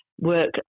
work